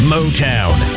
Motown